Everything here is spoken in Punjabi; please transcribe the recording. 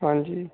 ਹਾਂਜੀ